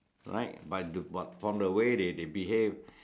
right but do but from the way they they behave